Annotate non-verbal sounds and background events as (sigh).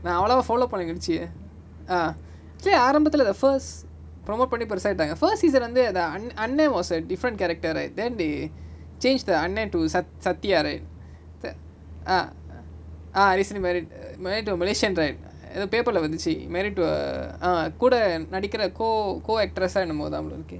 நா அவளோவா:na avalova follow பழகிடிச்சு:palakidichu ah che~ ஆரம்பத்துல:aarambathula the first promote பன்னி பெருசாகிடாங்க:panni perusaakitaanga first season lah வந்து அந்த:vanthu antha an~ அண்ண:anna was a different character right then they change the அண்ணன்:annan to sath~ sathya right the ah ah recently married married to a malaysian right (noise) எதோ:etho paper lah வந்துச்சு:vanthuchu married to a ah கூட நடிகுர:kooda nadikura co co-actress oh என்னமோதா போல இருக்கு:ennamotha pola iruku